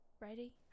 Ready